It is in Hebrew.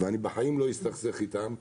ואני בחיים לא אסתכסך איתם,